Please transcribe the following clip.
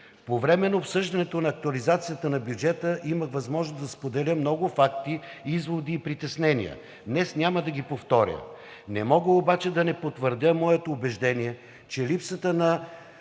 По време на обсъждането на актуализацията на бюджета имах възможност да споделя много факти, изводи и притеснения. Днес няма да ги повторя. Не мога обаче да не потвърдя моето убеждение, че липсата на